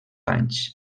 anys